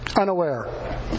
Unaware